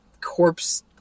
corpse